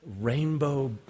rainbow